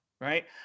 Right